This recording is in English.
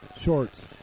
Shorts